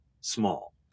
small